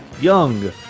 Young